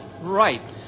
Right